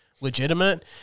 legitimate